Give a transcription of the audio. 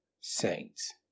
saints